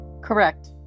correct